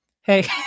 Hey